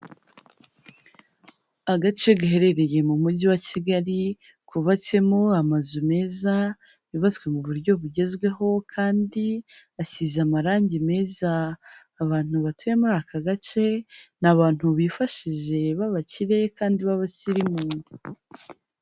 Agace gaherereye mu mujyi wa Kigali, kubatsemo amazu meza, yubatswe mu buryo bugezweho kandi asize amarangi meza, abantu batuye muri aka gace ni abantu bifashije b'abakire kandi b'abasirimu.